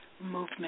movement